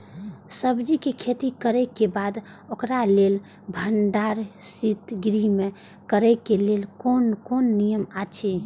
सब्जीके खेती करे के बाद ओकरा लेल भण्डार शित गृह में करे के लेल कोन कोन नियम अछि?